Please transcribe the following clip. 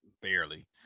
barely